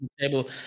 table